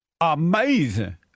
Amazing